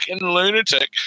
lunatic